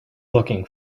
looking